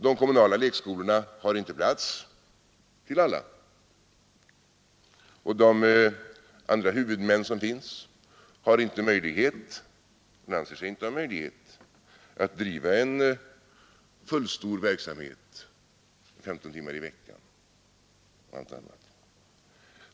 De kommunala lekskolorna har inte plats för alla, och de andra huvudmän som finns anser sig inte ha möjlighet att driva fullständig verksamhet med 15 timmar i veckan.